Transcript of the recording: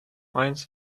eins